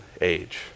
age